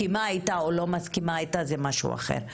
מסכימה איתה או לא מסכימה איתה, זה משהו אחר.